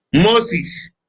Moses